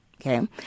Okay